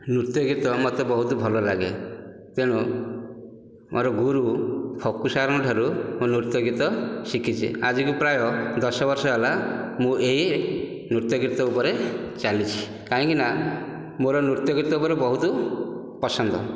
ନୃତ୍ୟଗୀତ ମୋତେ ବହୁତ ଭଲ ଲାଗେ ତେଣୁ ମୋର ଗୁରୁ ଫକୁ ସାର୍ଙ୍କଠାରୁ ମୁଁ ନୃତ୍ୟଗୀତ ଶିଖିଛି ଆଜିକୁ ପ୍ରାୟ ଦଶ ବର୍ଷ ହେଲା ମୁଁ ଏଇ ନୃତ୍ୟ ଗୀତ ଉପରେ ଚାଲିଛି କାହିଁକି ନା ମୋର ନୃତ୍ୟ ଗୀତ ଉପରେ ବହୁତ ପସନ୍ଦ